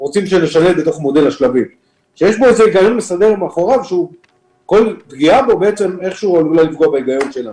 הייתם מצפים שמשרד הבריאות יעמוד מאחורי האמת המקצועית שלנו.